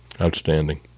Outstanding